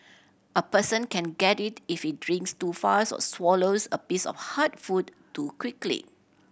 a person can get it if he drinks too fast or swallows a piece of hard food too quickly